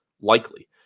likely